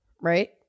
right